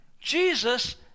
Jesus